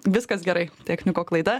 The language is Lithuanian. viskas gerai techniko klaida